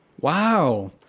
Wow